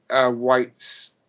white's